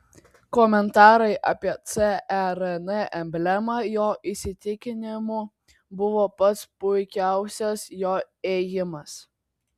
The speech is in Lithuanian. komentarai apie cern emblemą jo įsitikinimu buvo pats puikiausias jo ėjimas